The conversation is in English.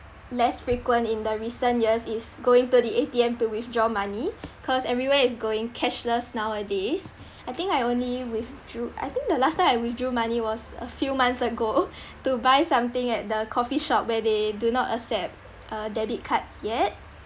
less frequent in the recent years is going to the A_T_M to withdraw money cause everywhere is going cashless nowadays I think I only withdrew I think the last time I withdrew money was a few months ago to buy something at the coffee shop where they do not accept uh debit cards yet